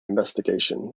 investigation